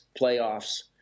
playoffs